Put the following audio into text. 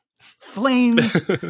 flames